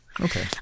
Okay